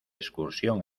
excursión